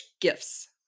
gifts